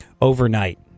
overnight